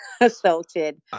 assaulted